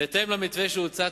בהתאם למתווה שהוצע,